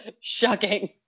Shocking